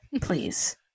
please